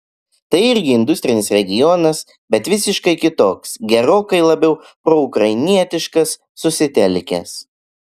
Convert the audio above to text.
tai irgi industrinis regionas bet visiškai kitoks gerokai labiau proukrainietiškas susitelkęs